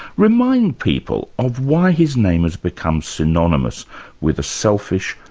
remind people of why his name has become synonymous with a selfish,